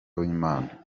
w’imana